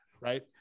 right